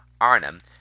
Arnhem